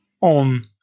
on